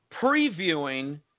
previewing